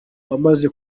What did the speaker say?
wamaze